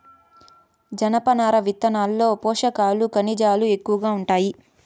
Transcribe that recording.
జనపనార విత్తనాల్లో పోషకాలు, ఖనిజాలు ఎక్కువగా ఉంటాయి